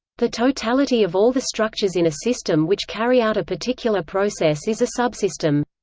the totality of all the structures in a system which carry out a particular process is a subsystem.